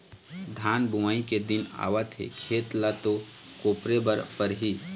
धान बोवई के दिन आवत हे खेत ल तो कोपरे बर परही